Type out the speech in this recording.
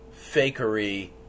fakery